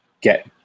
get